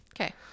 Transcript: Okay